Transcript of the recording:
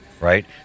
right